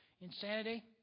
Insanity